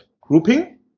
grouping